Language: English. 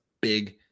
big